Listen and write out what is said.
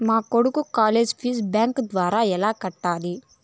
మా కొడుకు college fees bank ద్వారా ఎలా కట్టాలి?